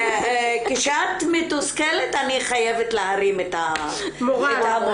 כשאת מתוסכלת אני חייבת להרים את המורל,